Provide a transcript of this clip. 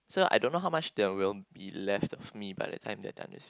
so I don't know how much there will be left of me but that time they are done with